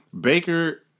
Baker